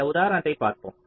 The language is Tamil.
இந்த உதாரணத்தைப் பார்ப்போம்